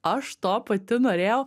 aš to pati norėjau